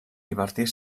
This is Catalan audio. divertir